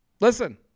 listen